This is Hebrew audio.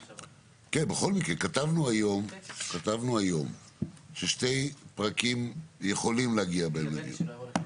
בכל מקרה כתבנו היום ששני פרקים יכולים להגיע --- אדוני היושב ראש,